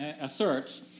asserts